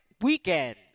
weekend